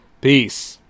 Peace